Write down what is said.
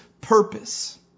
purpose